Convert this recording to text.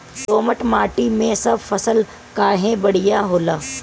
दोमट माटी मै सब फसल काहे बढ़िया होला?